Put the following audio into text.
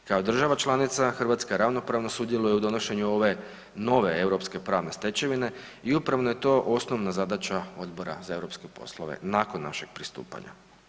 Kao država članica Hrvatska ravnopravno sudjeluje u donošenju ove nove europske pravne stečevine i upravo je to osnovna zadaća Odbora za europske poslove nakon našeg pristupanja.